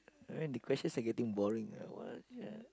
the question are getting boring ah what